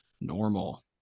normal